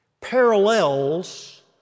parallels